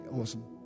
Awesome